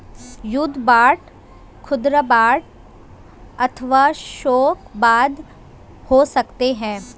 युद्ध बांड खुदरा बांड अथवा थोक बांड हो सकते हैं